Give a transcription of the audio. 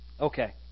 Okay